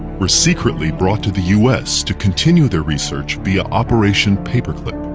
were secretly brought to the u s. to continue their research via operation paperclip.